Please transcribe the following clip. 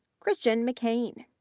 christian mckain,